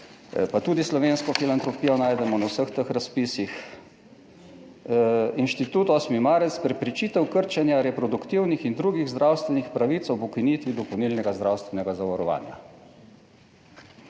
pa tudi Slovensko filantropijo najdemo na vseh teh razpisih. Inštitut 8. marec - Preprečitev krčenja reproduktivnih in drugih zdravstvenih pravic ob ukinitvi dopolnilnega zdravstvenega zavarovanja